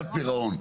ועמלת פירעון,